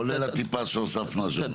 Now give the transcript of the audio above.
כולל הטיפה שהוספנו השנה.